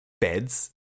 beds